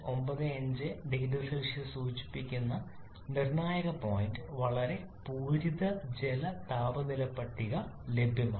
95 0C സൂചിപ്പിച്ച നിർണായക point വരെ പൂരിത ജല താപനില പട്ടിക ലഭ്യമാണ്